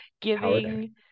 giving